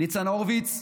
ניצן הורוביץ,